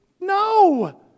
no